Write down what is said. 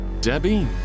Debbie